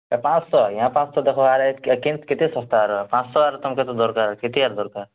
ଏ ପାଞ୍ଚଶହ ଆଜ୍ଞା ପାଞ୍ଚଶହ ଦେଖ ୟାଡ଼େ କେତେ ଶସ୍ତା ୟାର ପାଞ୍ଚଶହ ୟାର ତୁମକେ ଦରକାର୍ କେତେ ୟାର୍ ଦରକାର୍